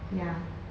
ya